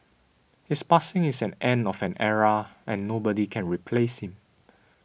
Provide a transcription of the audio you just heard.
his passing is an end of an era and nobody can replace him